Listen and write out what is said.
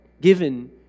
given